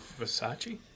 Versace